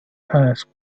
asked